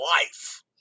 life